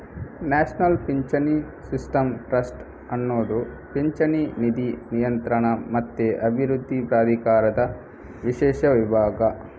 national ಪಿಂಚಣಿ system trust ಅನ್ನುದು ಪಿಂಚಣಿ ನಿಧಿ ನಿಯಂತ್ರಣ ಮತ್ತೆ ಅಭಿವೃದ್ಧಿ ಪ್ರಾಧಿಕಾರದ ವಿಶೇಷ ವಿಭಾಗ